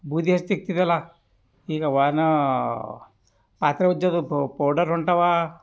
ಬೂದಿ ಹಚ್ಚಿ ತಿಕ್ತೀರಲ್ಲ ಈಗವಾನ ಪಾತ್ರೆ ಉಜ್ಜೋದು ಪೌಡರ್ ಹೊಂಟಾವ